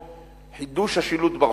הפיכת צירים פנימיים למדרחוב,